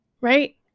Right